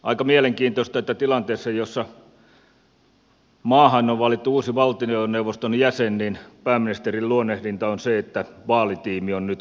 aika mielenkiintoista että tilanteessa jossa maahan on valittu uusi valtioneuvoston jäsen pääministerin luonnehdinta on se että vaalitiimi on nyt kasassa